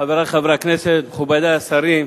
חברי חברי הכנסת, מכובדי השרים,